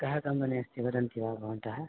कः कम्पनि अस्ति वदन्ति वा भवन्तः